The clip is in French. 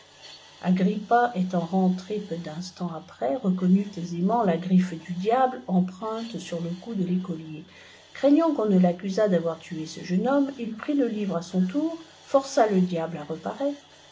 étant rentré peu d'instant après reconnut aisément la griffe du diable empreinte sur le cou de l'écolier craignant qu'on ne l'accusât d'avoir tué ce jeune homme il prit le livre à son tour força le diable à reparaître